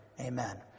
Amen